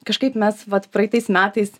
kažkaip mes vat praeitais metais